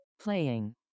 Playing